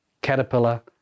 caterpillar